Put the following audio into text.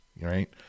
right